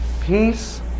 peace